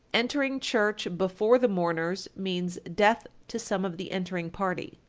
entering church before the mourners means death to some of the entering party.